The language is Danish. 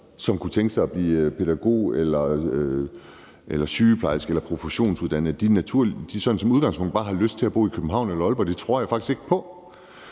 som kunne tænke sig at blive pædagog, sygeplejerske eller professionsuddannet, sådan i udgangspunktet bare har lyst til at bo i København eller Aalborg. Det tror jeg faktisk ikke på.